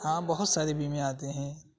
ہاں بہت سارے بیمے آتے ہیں